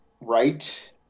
right